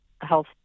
health